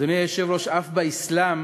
אדוני היושב-ראש, אף באסלאם